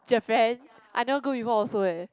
Japan I never go before also eh